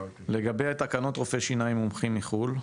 לגבי תקנות רופאי שיניים מומחים מחו"ל?